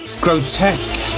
Grotesque